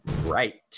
Right